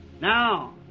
now